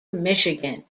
michigan